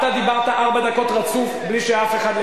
אתה דיברת ארבע דקות רצוף בלי שאף אחד,